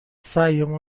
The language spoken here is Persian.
سعیمون